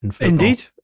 Indeed